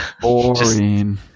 boring